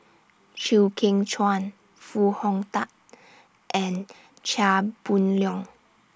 Chew Kheng Chuan Foo Hong Tatt and Chia Boon Leong